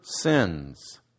sins